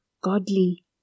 godly